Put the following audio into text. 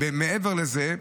מעבר לזה,